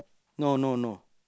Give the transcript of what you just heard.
no no no